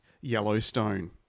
Yellowstone